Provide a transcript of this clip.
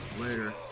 Later